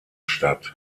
statt